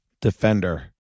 Defender